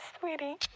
sweetie